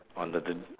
on the the